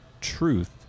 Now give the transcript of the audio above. truth